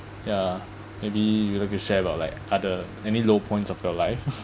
ya maybe you like to share about like other any low points of your life